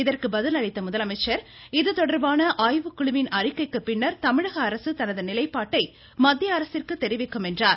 இதற்கு பதில் அளித்த முதலமைச்சர் இதுதொடர்பான ஆய்வுக்குழுவின் அறிக்கைக்கு பின்னா் தமிழக அரசு தனது நிலைப்பாட்டை மத்திய அரசிற்கு தெரிவிக்கும் என்றார்